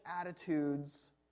attitudes